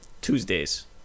Tuesdays